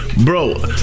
Bro